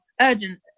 urgent